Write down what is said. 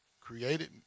created